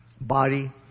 body